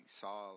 saw